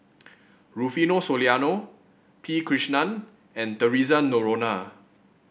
Rufino Soliano P Krishnan and Theresa Noronha